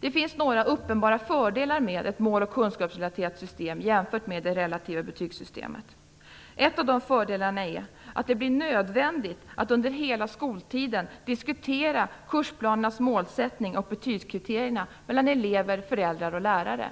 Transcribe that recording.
Det finns några uppenbara fördelar med ett mål och kunskapsrelaterat system jämfört med det relativa betygssystemet. En av de fördelarna är att det blir nödvändigt att under hela skoltiden diskutera kursplanernas målsättning och betygskriterierna mellan elever, föräldrar och lärare.